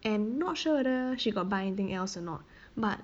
and not sure whether she got buy anything else or not but